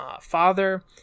father